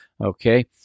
Okay